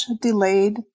delayed